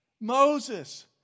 Moses